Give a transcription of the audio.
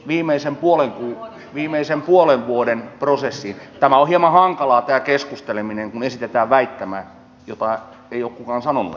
mitä tulee viimeisen puolen vuoden prosessiin tämä keskusteleminen on hieman hankalaa kun esitetään väittämä jota ei ole kukaan sanonut edes ääneen